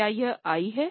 क्या यह आई हैं